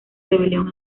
rebelión